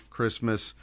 Christmas